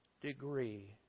degree